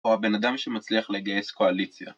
או הבן אדם שמצליח לגייס קואליציה.